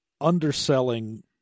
underselling